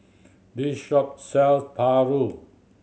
this shop sells paru